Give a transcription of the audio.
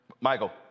Michael